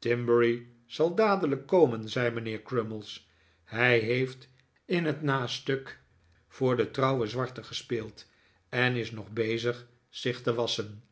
timberry zal dadelijk komen zei mijnheer crummies hij heeft in het nastuk voor den trouwen zwarte gespeeld en is nog bezig zich te wasschen